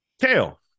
Kale